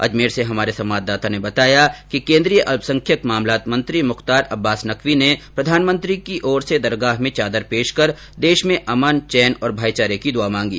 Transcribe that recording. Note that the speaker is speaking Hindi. अजमेर से हमारे संवाददाता ने बताया कि केन्द्रीय अल्पसंख्यक मामलात मंत्री मुख्तार अब्बास नकवी ने प्रधानमंत्री की तरफ से दरगाह में चादर पेश कर देश में अमन चेन और भाईचारे की दुआ मांगी